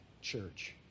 church